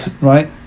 right